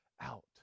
out